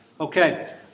Okay